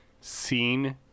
seen